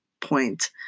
point